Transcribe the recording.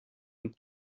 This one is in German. und